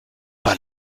pas